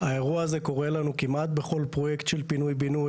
האירוע הזה קורה לנו כמעט בכל פרויקט של פינוי בינוי.